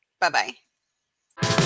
Bye-bye